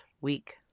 week